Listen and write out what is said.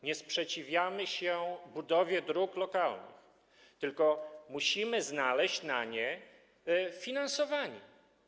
Nie sprzeciwiamy się budowie dróg lokalnych, tylko musimy znaleźć na nie finansowanie.